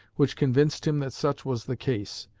which convinced him that such was the case.